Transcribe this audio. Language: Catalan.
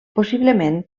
possiblement